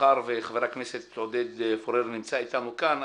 מאחר וחבר הכנסת עודד פורר נמצא איתנו כאן,